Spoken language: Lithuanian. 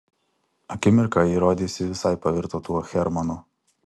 akimirką ji rodėsi visai pavirto tuo hermanu